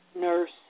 nurse